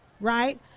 right